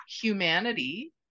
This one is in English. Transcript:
humanity